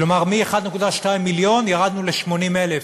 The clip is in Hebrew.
כלומר, מ-1.2 מיליון ירדנו ל-80,000.